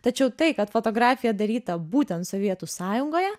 tačiau tai kad fotografija daryta būtent sovietų sąjungoje